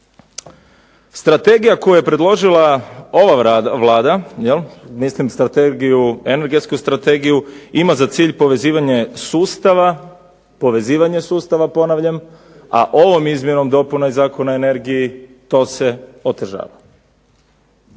strategija koju je predložila ova Vlada, mislim strategiju, energetsku strategiju ima za cilj povezivanje sustava, povezivanje sustava ponavljam, a ovom izmjenom dopuna i Zakona o energiji to se otežava.